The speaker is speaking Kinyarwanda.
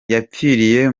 yapfiriye